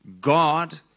God